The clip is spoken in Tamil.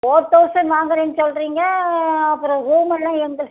ஃபோர் தவுசண்ட் வாங்குறேன்னு சொல்கிறிங்க அப்புறம் ரூமெல்லாம் எங்கள்